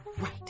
right